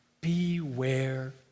beware